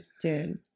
dude